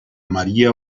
maría